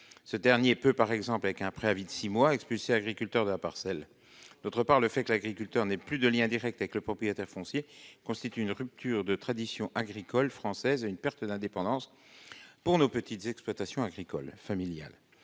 Ce dernier peut, par exemple, avec un préavis de six mois, expulser l'agriculteur de la parcelle. Par ailleurs, le fait que l'agriculteur n'ait plus de lien direct avec le propriétaire foncier constitue une rupture dans la tradition agricole française et, pour nos petites exploitations agricoles familiales,